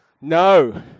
No